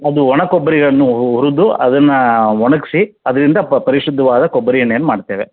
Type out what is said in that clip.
ಅದು ಒಣ ಕೊಬ್ಬರಿಯನ್ನು ಹುರಿದು ಅದನ್ನು ಒಣಗಿಸಿ ಅದರಿಂದ ಪರಿಶುದ್ಧವಾದ ಕೊಬ್ಬರಿ ಎಣ್ಣೆಯನ್ನು ಮಾಡ್ತೇವೆ